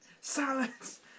salads